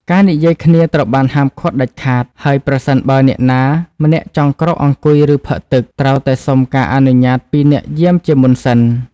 ការនិយាយគ្នាត្រូវបានហាមឃាត់ដាច់ខាត ហើយប្រសិនបើអ្នកណាម្នាក់ចង់ក្រោកអង្គុយ ឬផឹកទឹក ត្រូវតែសុំការអនុញ្ញាតពីអ្នកយាមជាមុនសិន។